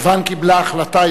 יוון קיבלה החלטה,